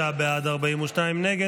59 בעד, 42 נגד.